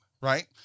right